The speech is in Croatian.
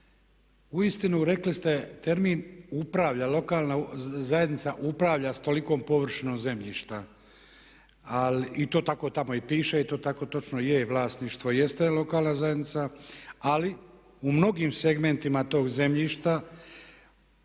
Uistinu rekli ste termin upravlja, lokalna zajednica upravlja sa tolikom površinom zemljišta i to tako tamo i piše i to tako točno je, vlasništvo jeste lokalna zajednica. Ali u mnogim segmentima tog zemljišta